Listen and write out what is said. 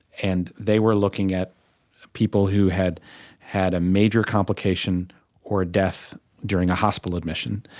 and they were looking at people who had had a major complication or a death during a hospital admission.